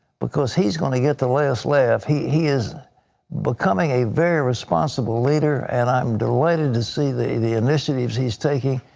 because he is going to get the last laugh. he he is becoming a very responsible leader, and i am delighted to see the the initiatives he's taking,